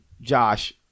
Josh